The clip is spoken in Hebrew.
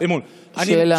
שאלה.